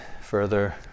further